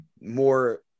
more